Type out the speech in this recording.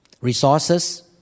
resources